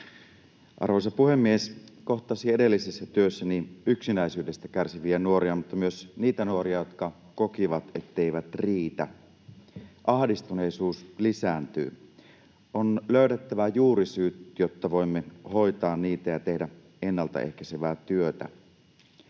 Arvoisa puhemies! Kohtasin edellisessä työssäni yksinäisyydestä kärsiviä nuoria, mutta myös niitä nuoria, jotka kokivat, etteivät riitä. Ahdistuneisuus lisääntyy. On löydettävä juurisyyt, jotta voimme hoitaa niitä ja tehdä ennaltaehkäisevää työtä.